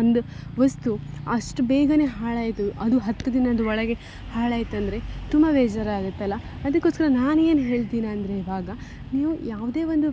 ಒಂದು ವಸ್ತು ಅಷ್ಟು ಬೇಗ ಹಾಳಾಯಿತು ಅದು ಹತ್ತು ದಿನದ ಒಳಗೆ ಹಾಳಾಯ್ತಂದರೆ ತುಂಬ ಬೇಜಾರಾಗತ್ತಲ್ಲ ಅದಕ್ಕೋಸ್ಕರ ನಾನೇನು ಹೇಳ್ತಿನಂದರೆ ಇವಾಗ ನೀವು ಯಾವುದೇ ಒಂದು